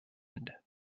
end